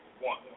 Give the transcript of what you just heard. One